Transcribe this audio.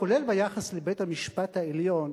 כולל ביחס לבית-המשפט העליון,